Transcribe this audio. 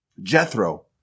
Jethro